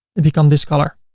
it becomes this color.